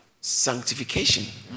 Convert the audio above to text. sanctification